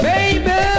Baby